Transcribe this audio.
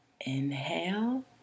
Inhale